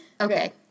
Okay